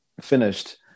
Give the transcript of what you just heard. finished